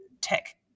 tech